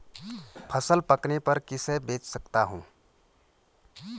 फसल पकने पर किसे बेच सकता हूँ?